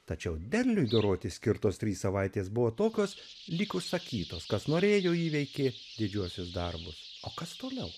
tačiau derliui doroti skirtos trys savaitės buvo tokios lyg užsakytos kas norėjo įveikė didžiuosius darbus o kas toliau